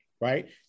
right